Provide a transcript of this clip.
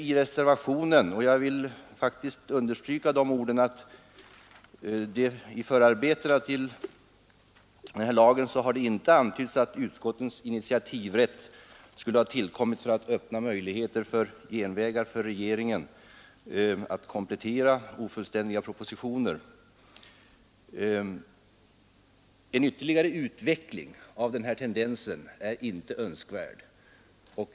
I reservationen sägs — jag vill faktiskt understryka de orden — att det i förarbetena till lagen inte har antytts att ”utskottets initiativrätt skulle ha tillkommit för att öppna en möjlighet för regeringen att ——— komplettera ofullständiga propositioner”. En ytterligare utveckling av denna tendens är inte önskvärd.